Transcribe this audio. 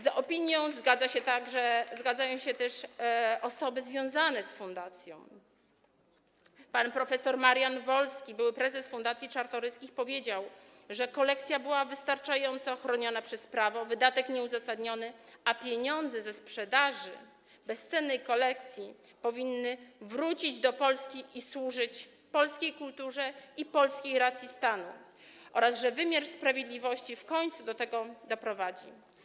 Z tą opinią zgadzają się też osoby związane z fundacją - pan prof. Marian Wolski, były prezes fundacji Czartoryskich, powiedział, że kolekcja była wystarczająco chroniona przez prawo, wydatek - nieuzasadniony, a pieniądze ze sprzedaży bezcennej kolekcji powinny wrócić do Polski i służyć polskiej kulturze i polskiej racji stanu oraz że wymiar sprawiedliwości w końcu do tego doprowadzi.